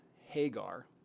Hagar